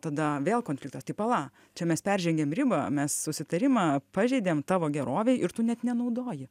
tada vėl konfliktas tai pala čia mes peržengėm ribą mes susitarimą pažeidėm tavo gerovei ir tu net nenaudoji